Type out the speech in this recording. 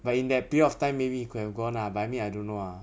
but in that period of time maybe you could have gone lah but I mean I don't know ah